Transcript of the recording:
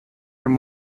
from